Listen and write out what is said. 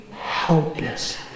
helpless